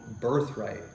birthright